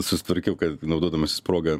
susitvarkiau kad naudodamasis proga